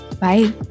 Bye